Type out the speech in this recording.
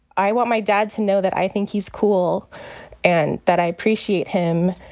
i want my dad to know that i think he's cool and that i appreciate him.